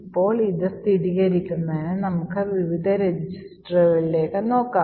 ഇപ്പോൾ ഇത് സ്ഥിരീകരിക്കുന്നതിന് നമുക്ക് വിവിധ രജിസ്റ്ററുകളിലേക്ക് നോക്കാം